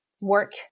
work